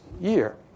year